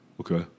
Okay